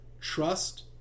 trust